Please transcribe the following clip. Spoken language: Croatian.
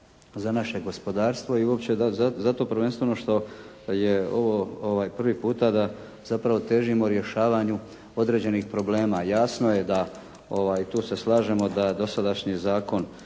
za naše gospodarstvo i uopće zato prvenstveno što je ovo prvi puta da zapravo težimo rješavanju određenih problema. Jasno je da, i tu se slažemo da dosadašnji zakon